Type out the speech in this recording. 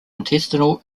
intestinal